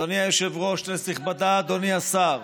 אדוני היושב-ראש, כנסת נכבדה, אדוני השר,